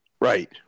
Right